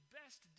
best